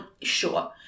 Sure